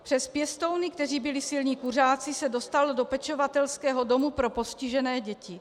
Přes pěstouny, kteří byli silní kuřáci, se dostal do pečovatelského domu pro postižené děti.